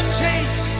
chase